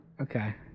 Okay